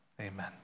Amen